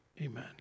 Amen